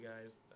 guys